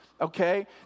okay